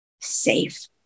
safe